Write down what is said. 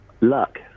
luck